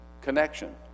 connection